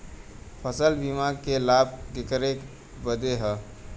फसल बीमा क लाभ केकरे बदे ह?